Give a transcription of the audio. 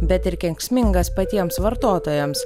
bet ir kenksmingas patiems vartotojams